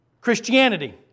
Christianity